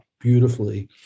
beautifully